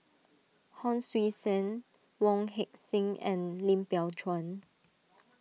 Hon Sui Sen Wong Heck Sing and Lim Biow Chuan